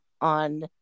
on